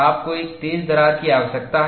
आपको एक तेज दरार की आवश्यकता है